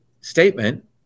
statement